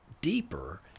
deeper